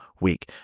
week